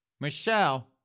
Michelle